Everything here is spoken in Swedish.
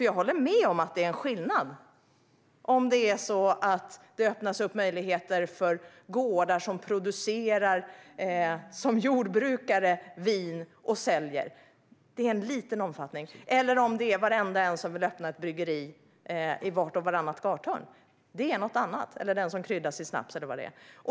Jag håller med om att det är en skillnad mellan att små gårdar producerar vin och säljer i liten omfattning och att det öppnas bryggerier i vart och vartannat gathörn eller att någon säljer sin kryddade snaps och så vidare.